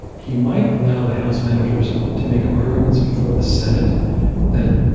he might allow the house managers to make arguments before the senate that